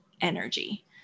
energy